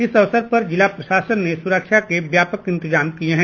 इस अवसर पर जिला प्रशासन ने सुरक्षा के व्यापक इंतजाम किये हैं